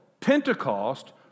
Pentecost